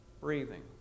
breathing